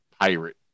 pirate